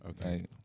Okay